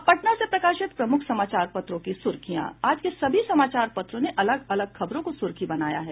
अब पटना से प्रकाशित प्रमुख समाचार पत्रों की सुर्खियां आज के सभी समाचार पत्रों ने अलग अलग खबरों को सुर्खी बनाया है